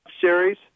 series